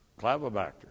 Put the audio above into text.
Clavibacter